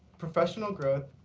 professional growth,